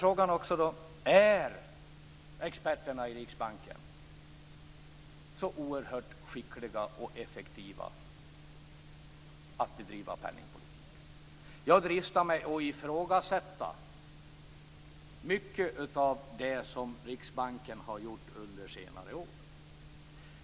Frågan är också om experterna i Riksbanken är så oerhört skickliga och effektiva på att bedriva penningpolitik. Jag dristar mig att ifrågasätta mycket av det som Riksbanken har gjort under senare år.